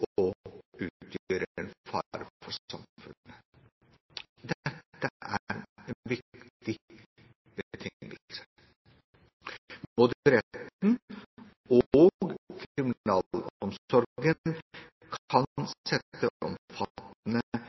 fare for samfunnet. Dette er en viktig betingelse. Både retten og kriminalomsorgen kan sette omfattende vilkår for prøveløslatelsen. Enkelte forvaringsdømte vil kunne ha behov for forsterket opplegg, og